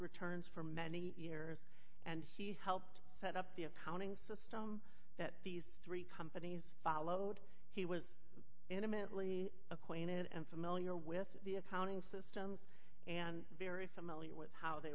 returns for many years and he helped set up the accounting system that these three companies followed he was intimately acquainted and familiar with the accounting systems and very familiar with how they